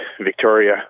victoria